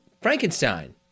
Frankenstein